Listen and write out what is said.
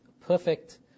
perfect